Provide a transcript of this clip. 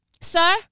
Sir